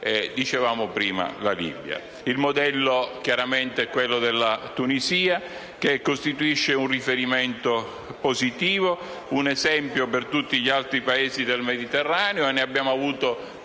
dicevamo prima - la Libia. Il modello chiaramente è quello della Tunisia, che costituisce un riferimento positivo ed un esempio per tutti gli altri Paesi del Mediterraneo, e ne abbiamo avuto prova